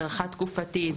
הדרכה תקופתית,